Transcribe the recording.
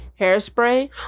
Hairspray